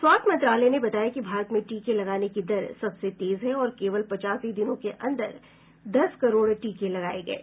स्वास्थ्य मंत्रालय ने बताया कि भारत में टीके लगाने की दर सबसे तेज है और केवल पचासी दिनों के अंदर दस करोड टीके लगाये गये